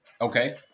Okay